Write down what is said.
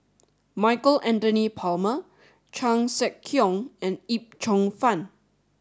Michael Anthony Palmer Chan Sek Keong and Yip Cheong Fun